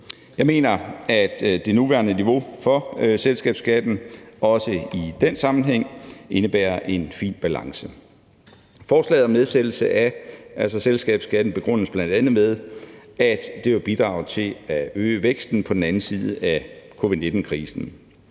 Jeg mener, at det nuværende niveau for selskabsskatten også i den sammenhæng har en fin balance. Forslaget om en nedsættelse af selskabsskatten begrundes bl.a. med, at det vil bidrage til at øge væksten på den anden side af covid-19-krisen.